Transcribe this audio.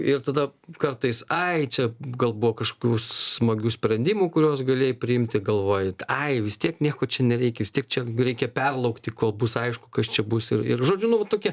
ir tada kartais ai čia gal buvo kažkokių smagių sprendimų kuriuos galėjai priimti galvoji ai vis tiek nieko čia nereikia vis tiek čia reikia perlaukti kol bus aišku kas čia bus ir ir žodžiu nu va tokie